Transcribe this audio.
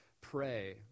pray